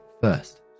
first